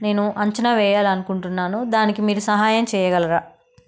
నేను అంచనా వేయాలనుకుంటున్నాను దానికి మీరు సహాయం చేయగలరా